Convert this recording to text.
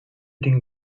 den